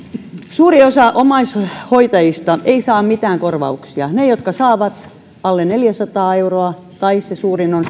suuri osa omaishoitajista ei saa mitään korvauksia ne jotka saavat saavat alle neljäsataa euroa tai se suurin on